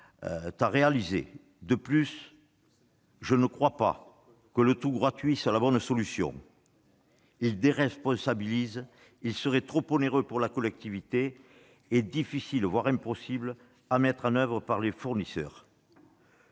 à réaliser. De plus, je ne crois pas que le « tout gratuit » soit la bonne solution. Il déresponsabilise et serait trop onéreux pour la collectivité, mais aussi difficile, voire impossible à mettre en oeuvre pour les fournisseurs.